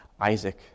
Isaac